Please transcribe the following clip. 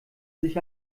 sich